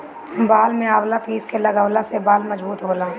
बाल में आवंला पीस के लगवला से बाल मजबूत होला